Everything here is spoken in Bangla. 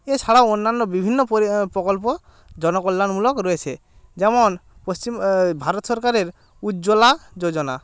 এছাড়াও অন্যান্য বিভিন্ন প্রকল্প জনকল্যাণমূলক রয়েছে যেমন পশ্চিম ভারত সরকারের উজ্জ্বলা যোজনা